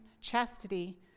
chastity